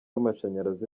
amashanyarazi